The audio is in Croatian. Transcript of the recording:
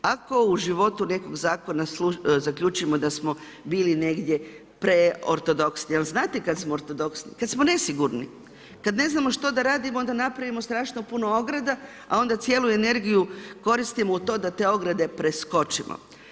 Ako u životu nekog zakona zaključimo da smo bili negdje preortodoksni, jer znate kad smo ortodoksni, kad smo nesigurni, kad ne znamo što da radimo onda napravimo strašno puno ograda, a onda cijelu energiju koristimo u to da te ograde preskočimo.